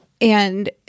and-